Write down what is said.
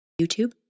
YouTube